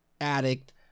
addict